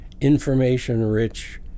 information-rich